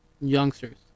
youngsters